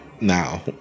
now